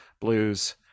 Blues